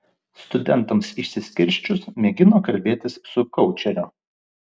studentams išsiskirsčius mėgino kalbėtis su koučeriu